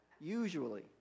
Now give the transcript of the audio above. usually